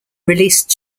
released